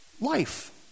life